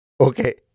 Okay